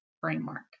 framework